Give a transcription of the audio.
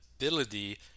ability